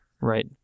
Right